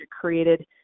created